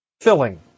filling